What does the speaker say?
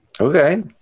Okay